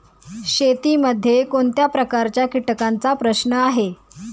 शेतीमध्ये कोणत्या प्रकारच्या कीटकांचा प्रश्न आहे?